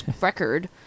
record